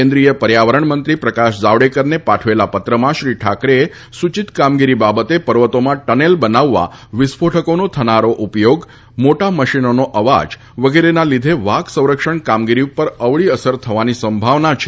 કેન્દ્રિય પર્યાવરણ મંત્રી પ્રકાશ જાવડેકરને પાઠવેલા પત્રમાં શ્રી ઠાકરએએ સૂચિત કામગીરી વખતે પર્વતોમાં ટનેલ બનાવવા વિસ્ફોટકોનો થનારો ઉપયોગ મોટા મશીનોનો અવાજ વગેરેના લીધે વાઘ સંરક્ષણ કામગીરી ઉપર અવળી અસર થવાની સંભાવના છે